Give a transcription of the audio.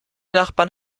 nachbarn